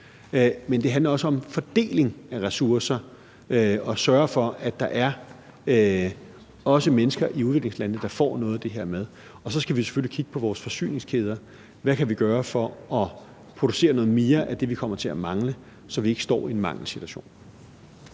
Men det handler også om fordelingen af ressourcer og at sørge for, at de mennesker i udviklingslandene også får noget af den her mad. Og så skal vi selvfølgelig kigge på vores forsyningskæder – hvad kan vi gøre for at producere noget mere af det, vi kommer til at mangle, så vi ikke står i en mangelsituation?